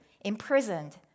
imprisoned